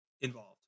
involved